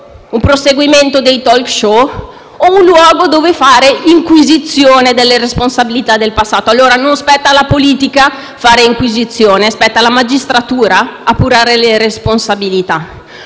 un proseguimento dei *talk show* o un luogo dove fare inquisizione sulle responsabilità del passato. Non spetta alla politica fare inquisizione, ma spetta alla magistratura appurare le responsabilità.